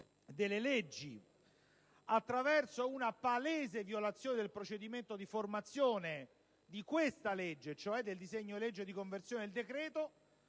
delle leggi attraverso la palese violazione del procedimento di formazione di questo disegno di legge di conversione del decreto?